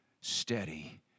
steady